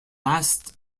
last